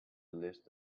list